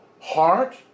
heart